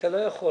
אני רוצה